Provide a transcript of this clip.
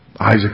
Isaac